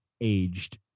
aged